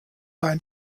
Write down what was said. deinen